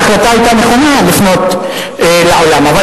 ההחלטה לפנות לעולם היתה נכונה,